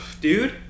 Dude